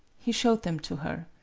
he showed them to her.